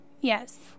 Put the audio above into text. yes